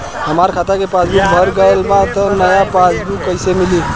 हमार खाता के पासबूक भर गएल बा त नया पासबूक कइसे मिली?